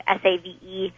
save